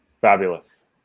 fabulous